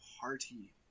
party